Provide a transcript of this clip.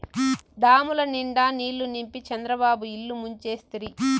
డాముల నిండా నీళ్ళు నింపి చంద్రబాబు ఇల్లు ముంచేస్తిరి